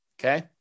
okay